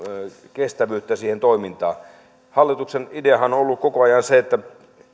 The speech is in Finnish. kestävyyttä siihen toimintaan hallituksen ideahan on on ollut koko ajan se